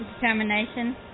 determination